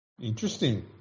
Interesting